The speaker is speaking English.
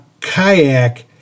kayak